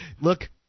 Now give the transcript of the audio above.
Look